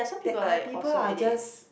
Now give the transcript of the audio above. that are people are just